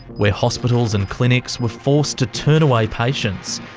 where hospitals and clinics were forced to turn away patients,